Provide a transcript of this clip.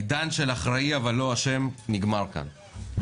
העידן של "אחראי אבל לא אשם" נגמר כאן.